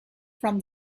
from